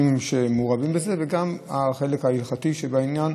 אנשים שמעורבים בזה, וגם החלק ההלכתי שבעניין,